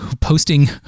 posting